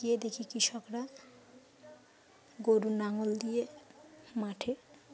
গিয়ে দেখি কৃষকরা গরুর লাঙল দিয়ে মাঠে